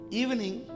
evening